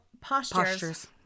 Postures